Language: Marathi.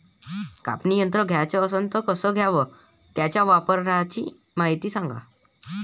कापनी यंत्र घ्याचं असन त कस घ्याव? त्याच्या वापराची मायती सांगा